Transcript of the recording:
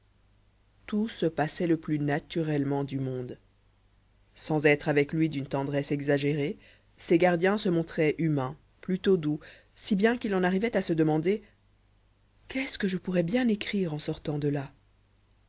tout se passait le plus naturellement du monde sans être avec lui d'une tendresse exagérée ses gardiens se montraient humains plutôt doux si bien qu'il en arrivait à se demander qu'est-ce que je pourrai bien écrire en sortant de là